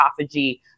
autophagy